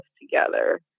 together